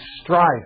strife